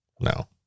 no